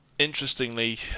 Interestingly